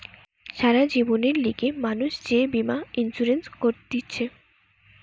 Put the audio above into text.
সারা জীবনের লিগে মানুষ যে বীমা ইন্সুরেন্স করতিছে